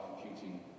computing